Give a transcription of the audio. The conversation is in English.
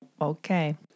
Okay